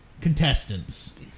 contestants